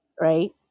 right